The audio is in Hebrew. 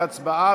להצבעה.